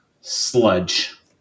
sludge